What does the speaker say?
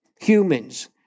humans